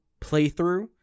playthrough